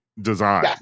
design